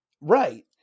right